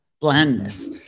blandness